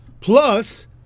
Plus